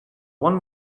one